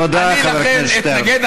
אני אתנגד,